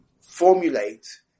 formulate